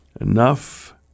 enough